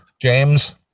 James